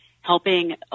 helping